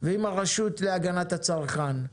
ועם הרשות להגנת הצרכן.